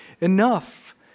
enough